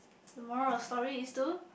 the moral of the story is to